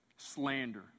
Slander